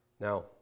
Now